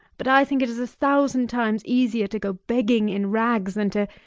but i think it is a thousand times easier to go begging in rags than to